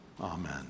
Amen